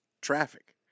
traffic